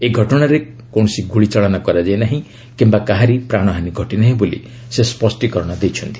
ଏହି ଘଟଣାରେ କୌଣସି ଗୁଳି ଚାଳନା କରାଯାଇ ନାହିଁ କିମ୍ବା କାହାରି ପ୍ରାଣହାନୀ ଘଟି ନାହିଁ ବୋଲି ସେ ସ୍ୱଷ୍ଟିକରଣ ଦେଇଛନ୍ତି